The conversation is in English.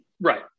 right